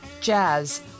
jazz